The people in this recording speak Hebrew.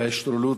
וההשתוללות,